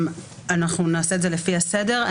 אנחנו נעשה את זה לפי הסדר.